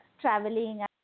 traveling